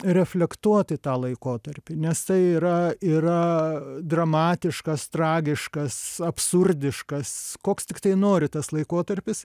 reflektuoti tą laikotarpį nes tai yra yra dramatiškas tragiškas absurdiškas koks tiktai nori tas laikotarpis